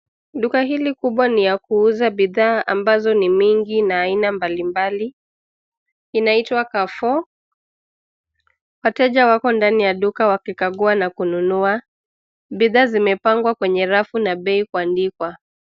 Duka hili kubwa ni ya kuuza bidhaa ambazo ni mingi na aina mbalimbali. Linaitwa Carrefour. Wateja wako ndani ya duka wakikagua na kununua. Bidhaa zimepangwa kwenye rafu na bei kuandikwa.